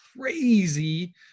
crazy